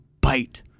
bite